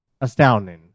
astounding